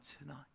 tonight